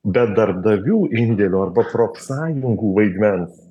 bet darbdavių indėlio arba profsąjungų vaidmens